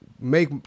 make